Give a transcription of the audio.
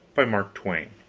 by mark twain